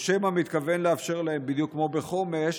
או שמא מתכוון לאפשר להם, בדיוק כמו בחומש,